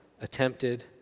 attempted